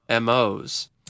MOs